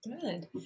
Good